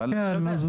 אבל אתה יודע,